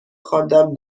خواندم